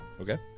Okay